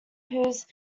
whose